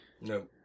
No